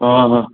आं हां